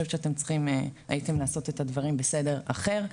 אני חושבת שהייתם צריכים לעשות את הדברים בסדר אחר.